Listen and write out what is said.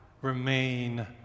remain